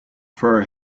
for